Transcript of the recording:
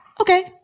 okay